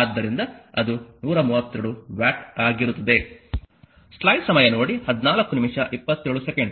ಆದ್ದರಿಂದ ಅದು 132 ವ್ಯಾಟ್ ಆಗಿರುತ್ತದೆ